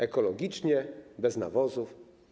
Ekologicznie, bez nawozów.